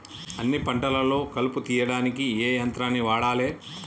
అన్ని పంటలలో కలుపు తీయనీకి ఏ యంత్రాన్ని వాడాలే?